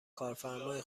کارفرمای